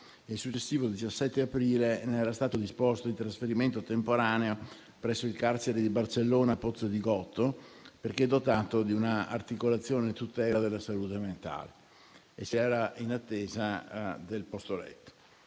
il successivo 17 aprile ne era stato disposto il trasferimento temporaneo presso il carcere di Barcellona Pozzo di Gotto, perché dotato di una articolazione di tutela della salute mentale. Si era in attesa del posto letto.